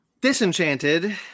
Disenchanted